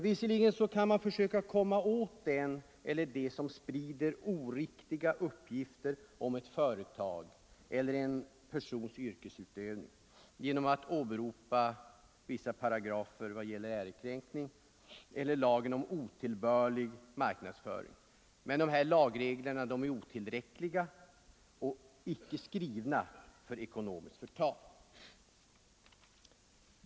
Visserligen kan man fö åt den eller dem som sprider oriktiga uppgifter om ett företag eller en persons yrkesutövning genom att åberopa vissa paragrafer när det gäller ärekränkning eller lagen om otillbörlig marknadsföring, men de lagreglerna är otillräckliga och är icke skrivna för ekonomiskt förtal.